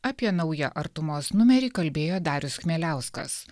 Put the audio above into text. apie naują artumos numerį kalbėjo darius chmieliauskas